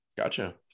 Gotcha